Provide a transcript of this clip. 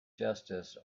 justice